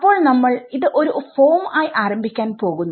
അപ്പോൾ നമ്മൾ ഇത് ഒരു ഫോം ആയി ആരംഭിക്കാൻ പോകുന്നു